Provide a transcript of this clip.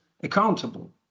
accountable